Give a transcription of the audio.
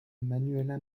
manuela